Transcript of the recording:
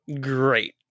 Great